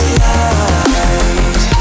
light